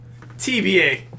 TBA